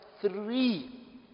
three